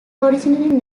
originally